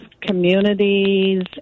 communities